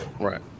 right